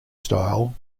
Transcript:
style